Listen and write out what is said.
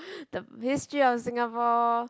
the history of Singapore